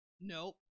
Nope